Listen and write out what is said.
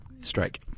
Strike